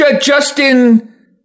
Justin